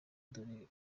dore